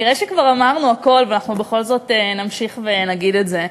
נראה שכבר אמרנו הכול ואנחנו בכל זאת נמשיך ונגיד את זה.